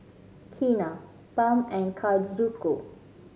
Keena Pam and Kazuko